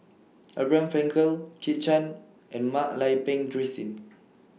Abraham Frankel Kit Chan and Mak Lai Peng Christine